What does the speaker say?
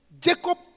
Jacob